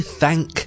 thank